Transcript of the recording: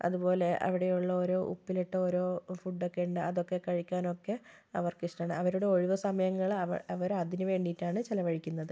അതുപോലെ അവിടെയുള്ള ഓരോ ഉപ്പിലിട്ട ഓരോ ഫുഡൊക്കെയുണ്ട് അതൊക്കെ കഴിക്കാനൊക്കെ അവർക്ക് ഇഷ്ടമാണ് അവരുടെ ഒഴിവ് സമയങ്ങള് അവരതിന് വേണ്ടിയിട്ടാണ് ചെലവഴിക്കുന്നത്